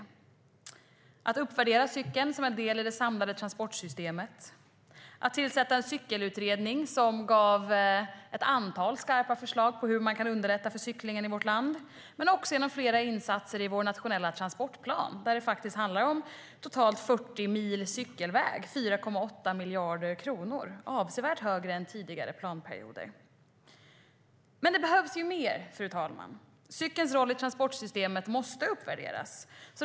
Det handlade om att uppvärdera cykeln som en del i det samlade transportsystemet, att tillsätta en cykelutredning, som gav ett antal skarpa förslag på hur man kan underlätta för cyklingen i vårt land, och också om flera insatser i vår nationella transportplan, där det faktiskt finns totalt 40 mil cykelväg och 4,8 miljarder kronor. Det är avsevärt mer än tidigare planperioder. Men det behövs mer. Cykelns roll i transportsystemet måste uppvärderas.